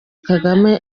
kagame